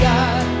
God